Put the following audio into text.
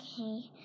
Okay